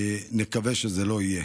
נקווה שזה לא יהיה.